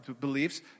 beliefs